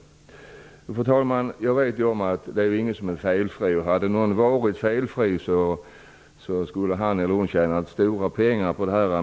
Fru talman! Jag vet att ingen är felfri. Hade någon varit felfri, skulle han eller hon ha tjänat stora pengar på detta.